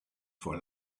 for